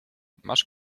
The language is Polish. masz